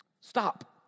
stop